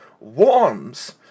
warms